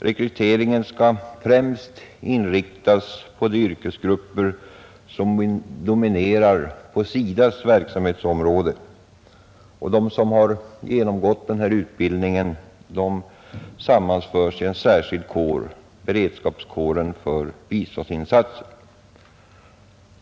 Rekryteringen skall främst inriktas på de yrkesgrupper som dominerar inom SIDA:s verksamhetsområde. De som har genomgått utbildningen sammanförs i en särskild kår, beredskapskåren för biståndsinsatser.